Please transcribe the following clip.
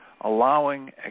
allowing